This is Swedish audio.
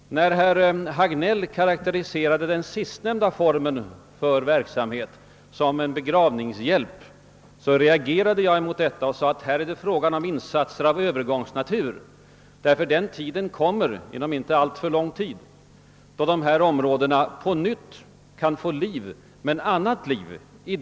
När herr Hagnell karakteriserade den sistnämnda formen av verksamhet som »begravningshjälp» reagerade jag och gjorde gällande att här gäller det insatser av övergångsnatur, eftersom det kommer en tid då dessa områden på nytt får liv — men ett annat liv!